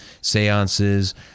seances